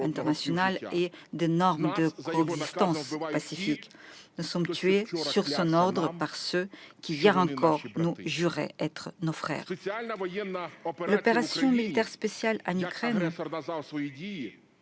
international et des normes de coexistence pacifique. C'est sur son ordre que nous sommes tués par ceux qui, hier encore, nous juraient être nos frères. « L'opération militaire spéciale » en Ukraine,